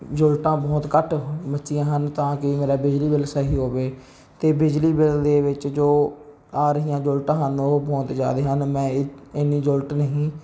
ਯੂਨਿਟਾਂ ਬਹੁਤ ਘੱਟ ਹੁ ਮਚੀਆਂ ਹਨ ਤਾਂ ਕਿ ਮੇਰਾ ਬਿਜਲੀ ਬਿੱਲ ਸਹੀ ਹੋਵੇ ਅਤੇ ਬਿਜਲੀ ਬਿੱਲ ਦੇ ਵਿੱਚ ਜੋ ਆ ਰਹੀਆਂ ਯੂਨਿਟਾਂ ਹਨ ਉਹ ਬਹੁਤ ਜ਼ਿਆਦਾ ਹਨ ਮੈਂ ਇ ਇੰਨੀ ਯੂਨਿਟ ਨਹੀਂ